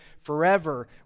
forever